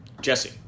Jesse